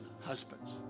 husbands